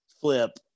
flip